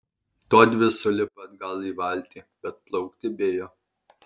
todvi sulipa atgal į valtį bet plaukti bijo